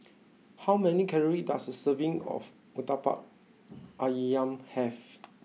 how many calories does a serving of Murtabak Ayam have